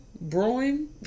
Brewing